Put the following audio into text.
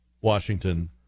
Washington